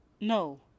No